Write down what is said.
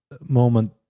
moment